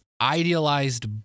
idealized